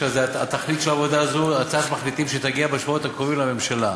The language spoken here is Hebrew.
התכלית של העבודה הזו היא הצעת מחליטים שתגיע בשבועות הקרובים לממשלה,